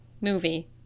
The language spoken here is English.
movie